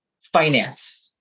Finance